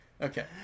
Okay